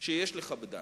שיש לכבדן: